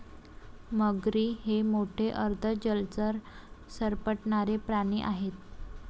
मगरी हे मोठे अर्ध जलचर सरपटणारे प्राणी आहेत